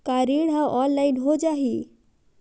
का ऋण ह ऑनलाइन हो जाही?